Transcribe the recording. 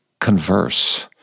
converse—